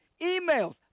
emails